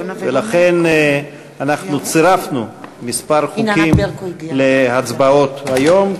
ולכן אנחנו צירפנו כמה חוקים להצבעות היום,